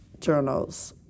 journals